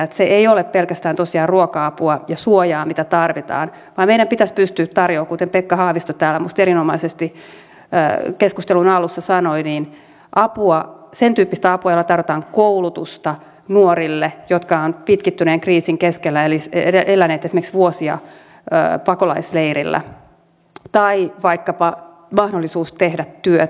eli se tosiaan ei ole pelkästään ruoka apua ja suojaa mitä tarvitaan vaan meidän pitäisi pystyä tarjoamaan kuten pekka haavisto täällä minusta erinomaisesti keskustelun alussa sanoi sentyyppistä apua jolla tarjotaan koulutusta nuorille jotka ovat pitkittyneen kriisin keskellä eläneet esimerkiksi vuosia pakolaisleirillä tai vaikkapa mahdollisuus tehdä työtä